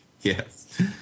Yes